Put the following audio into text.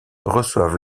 reçoivent